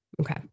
Okay